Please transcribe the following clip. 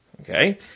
Okay